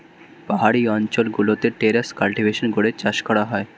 পাহাড়ি অঞ্চল গুলোতে টেরেস কাল্টিভেশন করে চাষ করা হয়